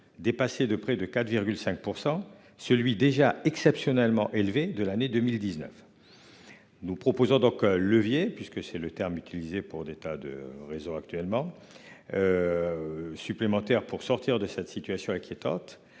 dépassé de près de 4 5 % celui déjà exceptionnellement élevé de l'année 2019. Nous proposons donc levier puisque c'est le terme utilisé pour des tas de raisons actuellement. Supplémentaire pour sortir de cette situation inquiétante,